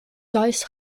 thais